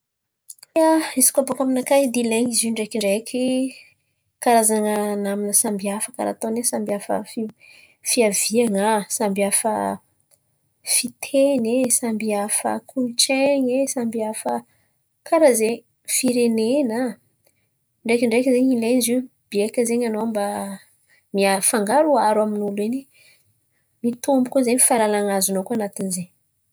Ia, izy koa bòka aminakà edy ilain̈y zio ndraikindraiky karazan̈a namana samby hafa karà ataony samby hafa fi- fiavian̈a, samby hafa fiteny e, samby hafa kolontsain̈y e, samby hafa karà zen̈y, firenena. Ndraikindraiky zen̈y ilain̈y zio biaka zen̈y anao mba miaro fangaroaro amin'olo in̈y. Mitombo koa zen̈y fahalalan̈a azonao koa anatin'izen̈y.